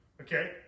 Okay